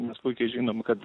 mes puikiai žinom kad